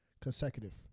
consecutive